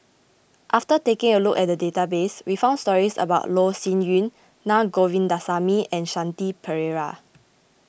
after taking a look at the database we found stories about Loh Sin Yun Na Govindasamy and Shanti Pereira